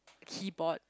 keyboard